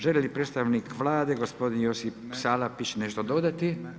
Želi li predstavnik Vlade gospodin Josip Salapić nešto dodati?